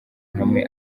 hamwe